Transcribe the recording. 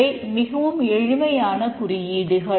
இவை மிகவும் எளிமையான குறியீடுகள்